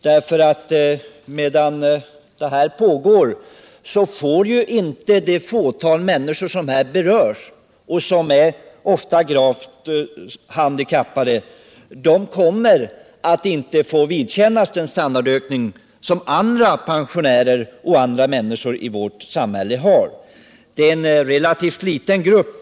Så länge kommitténs arbete pågår får inte de människor som berörs och som ofta är gravt handikappade den standardökning som andra pensionärer och andra människor i vårt samhälle får. Det är en relativt liten grupp.